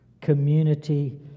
community